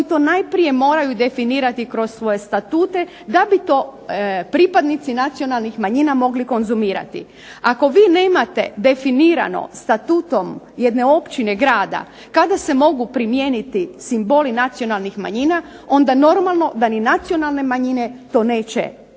to najprije moraju definirati kroz svoje statute da bi to pripadnici nacionalnih manjina mogli konzumirati. Ako vi nemate definirano statutom jedne općine, grada kada se mogu primijeniti simboli nacionalnih manjina, onda normalno da ni nacionalne manjine to neće